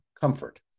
comfort